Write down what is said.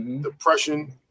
depression